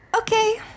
Okay